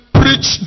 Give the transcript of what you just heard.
preach